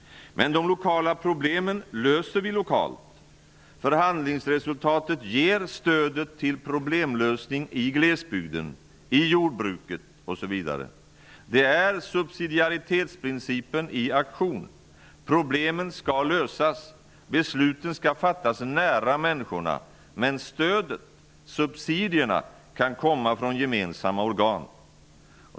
De lokala problemen löser vi lokalt. Förhandlingsresultatet ger stödet till problemlösning i glesbygden, i jordbruket osv. Det är subsidiaritetsprincipen i aktion. Problemen skall lösas och besluten skall fattas nära människorna. Men stödet, subsidierna, kan komma från gemensamma organ.